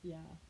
ya